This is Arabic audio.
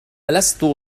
لست